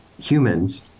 humans